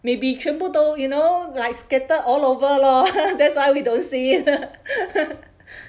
maybe 全部都 you know like scattered all over lor that's why we don't see it